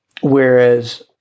Whereas